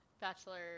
bachelor